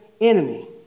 enemy